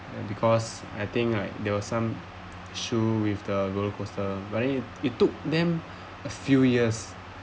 and because I think like there are some shoe with the roller coaster right it took them a few years